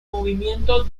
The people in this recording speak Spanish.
movimiento